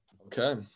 Okay